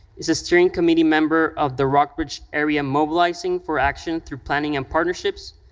is a steering committee member of the rockbridge area mobilizing for action through planning and partnerships,